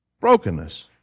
Brokenness